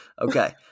Okay